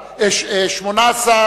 חוק המרכז לגביית קנסות,